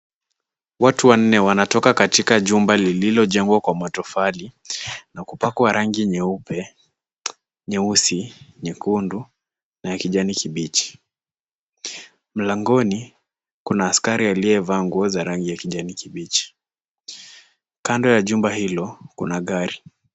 Watu wanne wanatoka katika jumba lililojengwa kwa matafali, na kupakwa rangi nyeupe, nyeusi, nyekundu, na ya kijani kibichi. Mlangoni kuna askari aliyevaa nguo za rangi ya kijani kibichi. Kando ya jumba hilo, kuna gari.